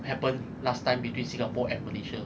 happened last time between singapore and malaysia